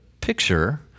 picture